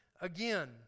again